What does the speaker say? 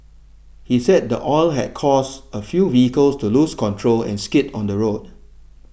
he said the oil had caused a few vehicles to lose control and skid on the road